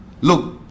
look